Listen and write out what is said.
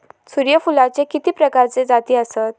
सूर्यफूलाचे किती प्रकारचे जाती आसत?